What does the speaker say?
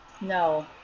no